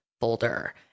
folder